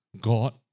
God